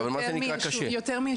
מור, אני ממנהל התכנון, מחוז דרום.